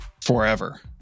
forever